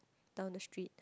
down the street